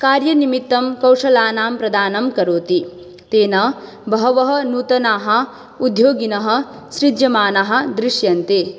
कार्यनिमित्तं कौशलानां प्रदानं करोति तेन बहवः नूतनाः उद्योगिनः सृज्यमानाः दृश्यन्ते